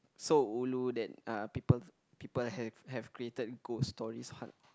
so ulu that uh people people have have created ghost stories